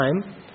time